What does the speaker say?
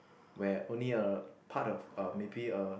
where only a part of uh maybe a